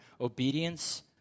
obedience